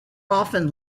often